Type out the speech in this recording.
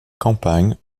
campagne